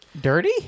dirty